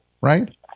right